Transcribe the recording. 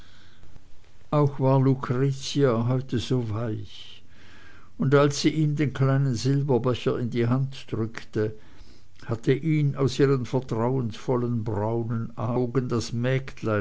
auch war lucretia heute so weich und als sie ihm den kleinen silberbecher in die hand drückte hatte ihn aus ihren vertrauensvollen braunen augen das